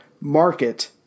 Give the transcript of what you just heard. market